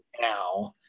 now